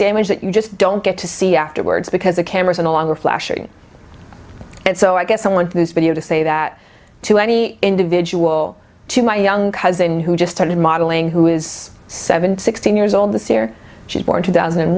damage that you just don't get to see afterwards because the cameras in the longer flashing and so i get someone who's video to say that to any individual to my young cousin who just started modeling who is seven sixteen years old this year she's born two thousand